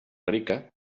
rica